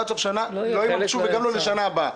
עד סוף השנה לא יוגש וגם לא לשנה הבאה.